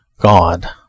God